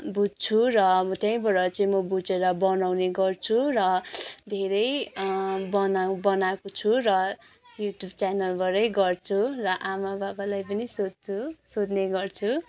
बुझ्छु र त्यहीँबाट चाहिँ म बुझेर बनाउने गर्छु र धेरै बना बनाएको छु र युट्युब च्यानलबाटै गर्छु र आमा बाबालाई पनि सोध्छु सोध्ने गर्छु